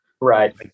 Right